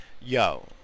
Yo